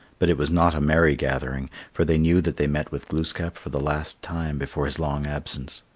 but it was not a merry gathering, for they knew that they met with glooskap for the last time before his long absence.